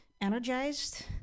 energized